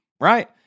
right